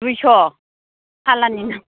दुइछ' सालानि ना